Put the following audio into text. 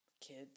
Kids